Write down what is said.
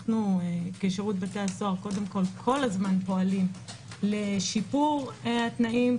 אנו כשירות בתי הסוהר כל הזמן פועלים לשיפור התנאים.